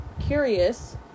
curious